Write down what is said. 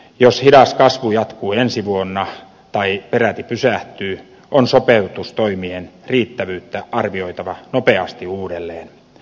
jos hidas kasvu jatkuu ensi vuonna tai peräti pysähtyy on sopeutustoimien riittävyyttä arvioitava nopeasti uudelleen